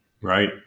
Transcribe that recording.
Right